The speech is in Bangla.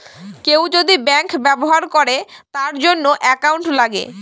কেউ যদি ব্যাঙ্ক ব্যবহার করে তার জন্য একাউন্ট লাগে